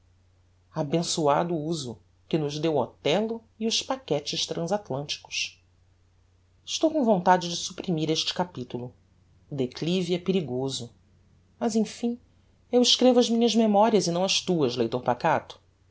abençoado uso que nos deu othello e os paquetes transatlânticos estou com vontade de supprimir este capitulo o declive é perigoso mas emfim eu escrevo as minhas memorias e não as tuas leitor pacato